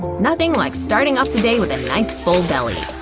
nothing like starting off the day with a nice full belly.